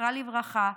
זכרה לברכה,